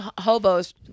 hobos